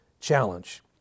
challenge